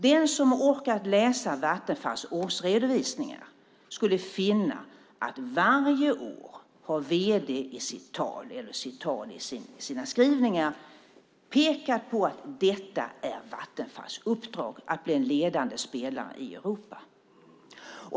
Den som orkat läsa Vattenfalls årsredovisningar skulle ha funnit att vd varje år i sina skrivningar pekat på att Vattenfalls uppdrag är att bli en ledande spelare i Europa.